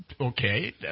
okay